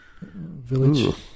Village